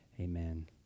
Amen